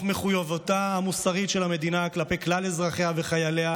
מחויבותה המוסרית של המדינה כלפי כלל אזרחיה וחייליה,